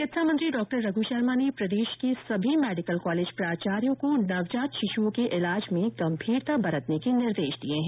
चिकित्सा मंत्री डॉ रघु शर्मा ने प्रदेश के सभी मेडिकल कॉलेज प्राचार्यो को नवजात शिशुओं के इलाज में गम्भीरता बरतने के निर्देश दिए हैं